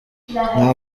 nta